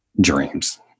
dreams